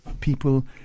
people